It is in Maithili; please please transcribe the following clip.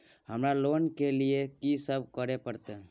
हमरा लोन के लिए की सब करे परतै?